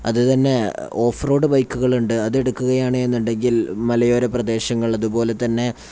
അത് തന്നെ off road ബൈക്കുകളുണ്ട് അതെടുക്കുകയാണെന്നുണ്ടെങ്കിൽ മലയോര പ്രദേശങ്ങൾ അതുപോലെ തന്നെ